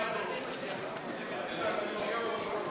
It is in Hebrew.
לסעיף 52,